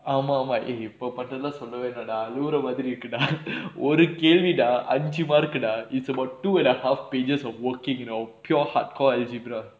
ஆமா ஆமா:aamaa aamaa eh பண்ணதெல்லா சொல்லவே இல்லடா அழுவுற மாரி இருக்குடா ஒரு கேள்விடா அஞ்சு:pannathellaa sollvae illadaa aluvura maari irukkudaa oru kelvidaa anju mark it's about two and a half pages of working you know pure hardcore algebra